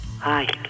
Hi